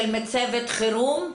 מצבת חירום.